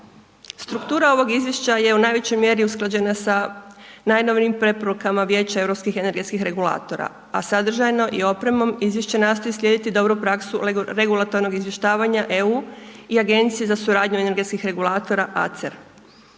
Struktura ovog izvješća je u najvećoj mjeri usklađena sa najnovijim preporuka Vijeća europskim energetskim regulatora, a sadržajno i opremom, izvješće nastoji slijediti dobru praksu regulatornog izvješćivanja EU, i Agencije za suradnju energetskih regulatora ACR.